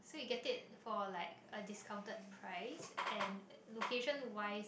so you get it for like a discounted price and location wise